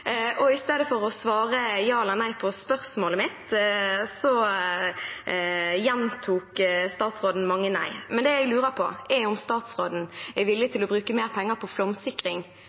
I stedet for å svare ja eller nei på spørsmålet mitt, gjentok statsråden mange nei. Det jeg lurer på, er om statsråden er villig til å bruke mer penger på flomsikring